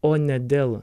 o ne dėl